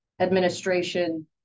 administration